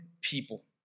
people